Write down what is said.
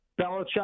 Belichick